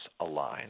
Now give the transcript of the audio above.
align